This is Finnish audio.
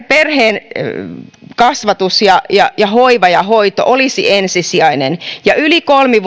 perheen kasvatus ja ja hoiva ja hoito olisi ensisijaista ja yli kolme